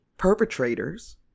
perpetrators